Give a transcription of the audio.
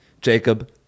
Jacob